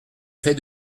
fais